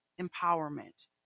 empowerment